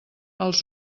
els